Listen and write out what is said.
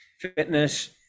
fitness